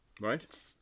Right